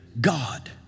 God